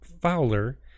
Fowler